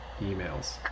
emails